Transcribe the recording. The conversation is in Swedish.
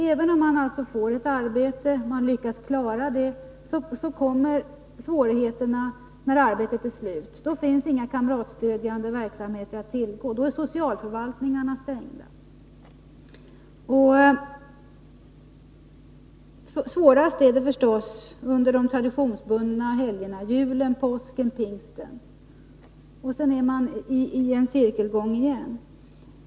Även om man får ett arbete och lyckas klara det, kommer svårigheterna när arbetet är slut; då finns inga kamratstödjande verksamheter att tillgå; då är socialförvaltningarna stängda. Svårast är det förstås under de traditionsbundna helgerna jul, påsk och pingst. Då är det lätt att hamna i en cirkelgång igen.